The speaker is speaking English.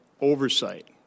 oversight